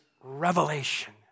revelation